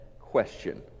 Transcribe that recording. question